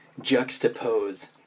juxtapose